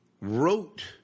wrote